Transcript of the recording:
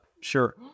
Sure